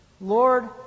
Lord